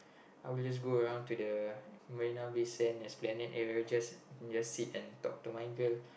I will just go around to the Marina-Bay-Sands Esplanade area and just just sit and talk to my girl